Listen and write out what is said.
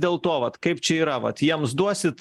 dėl to vat kaip čia yra vat jiems duosit